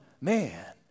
man